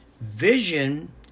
Vision